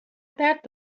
درد